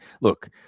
look